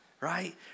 right